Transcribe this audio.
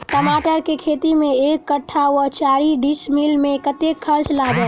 टमाटर केँ खेती मे एक कट्ठा वा चारि डीसमील मे कतेक खर्च लागत?